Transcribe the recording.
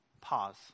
Pause